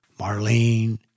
Marlene